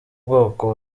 ubwoko